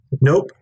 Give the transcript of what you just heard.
Nope